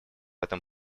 этом